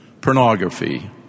pornography